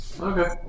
Okay